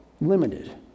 limited